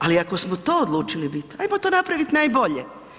Ali, ako smo to odlučili biti, hajmo to napraviti najbolje.